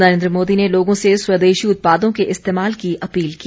नरेन्द्र मोदी ने लोगों से स्वदेशी उत्पादों के इस्तेमाल की अपील की